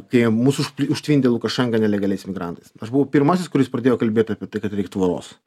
kai mus už užtvindė lukašenka nelegaliais imigrantais aš buvau pirmasis kuris pradėjo kalbėt apie tai kad reik tvoros